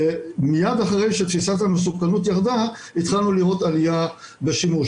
מיד אחרי שתפיסת המסוכנות ירדה התחלנו לראות עלייה בשימוש.